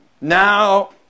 Now